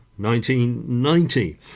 1990